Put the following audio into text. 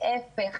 להיפך.